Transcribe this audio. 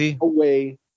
away